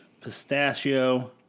pistachio